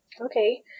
Okay